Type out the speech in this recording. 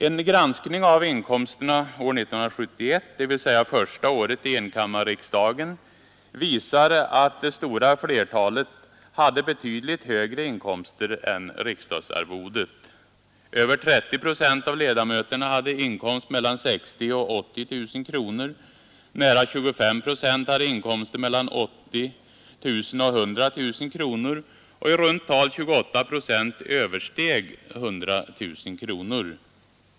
En granskning av inkomsterna år 1971 — dvs. första året i enkammarriksdagen — visar att det stora flertalet hade betydligt högre inkomster än riksdagsarvodet. Över 30 procent av ledamöterna hade inkomster mellan 60 000 och 80000 kronor, nära 25 procent hade inkomster mellan 80 000 och 100 000 kronor och i runt tal 28 procent översteg 100 000 kronor.